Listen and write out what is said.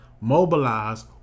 mobilize